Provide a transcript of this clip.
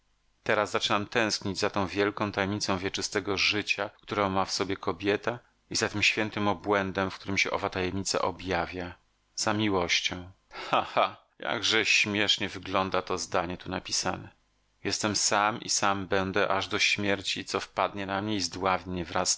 teraz zaczynam tęsknić za tą wielką tajemnicą wieczystego życia którą ma w sobie kobieta i za tym świętym obłędem w którym się owa tajemnica objawia za miłością cha cha jakże śmiesznie wygląda to zdanie tu napisane jestem sam i sam będę aż do śmierci co wpadnie na mnie i zdławi mnie wraz